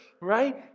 right